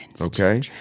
okay